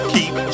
Keep